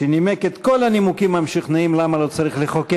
שנימק את כל הנימוקים המשכנעים למה לא צריך לחוקק